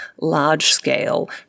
large-scale